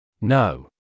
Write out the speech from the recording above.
No